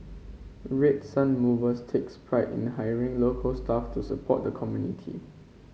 Red Sun Mover takes pride in hiring local staff to support the community